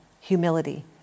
humility